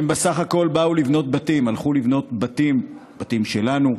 הם בסך הכול הלכו לבנות בתים, בתים שלנו.